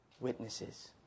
witnesses